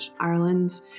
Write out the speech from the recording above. Ireland